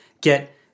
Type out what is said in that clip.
get